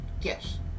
Yes